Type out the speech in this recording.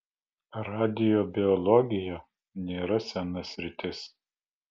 radiobiologija nėra sena sritis